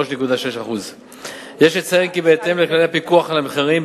3.6%. יש לציין כי בהתאם לכללי הפיקוח על המחירים,